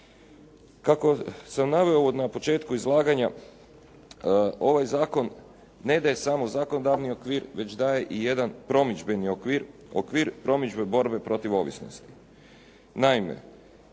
Kako sam naveo u početku izlaganja, ovaj zakon ne daje samo zakonodavni okvir, već daje i jedan promidžbeni okvir, okvir promidžbe borbe protiv ovisnosti.